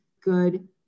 good